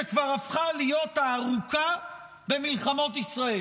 שכבר הפכה להיות הארוכה במלחמות ישראל,